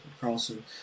Carlson